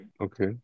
okay